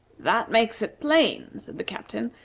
that makes it plain, said the captain,